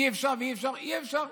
אי-אפשר ואי-אפשר ואי-אפשר,